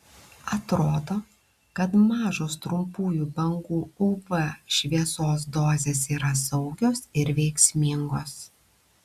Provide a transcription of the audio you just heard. atrodo kad mažos trumpųjų bangų uv šviesos dozės yra saugios ir veiksmingos